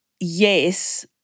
Yes